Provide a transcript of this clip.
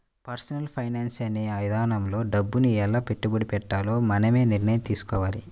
personal finance అనే ఇదానంలో డబ్బుని ఎలా పెట్టుబడి పెట్టాలో మనమే నిర్ణయం తీసుకోవాలి